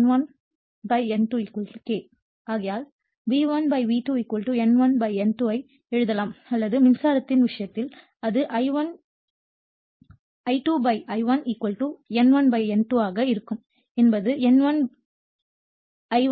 N1 N2 K ஆகையால் V1 V2 N1 N2 ஐ எழுதலாம் அல்லது மின்சாரத்தின் விஷயத்தில் அது I2 I1 N1 N2 ஆக இருக்கும் என்பது N1 I1 N2 I2